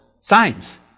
signs